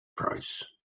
price